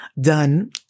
done